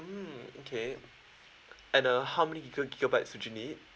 mm okay and uh how many giga~ gigabytes would you need